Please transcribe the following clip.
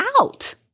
out